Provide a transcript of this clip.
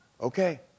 Okay